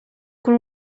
con